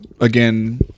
again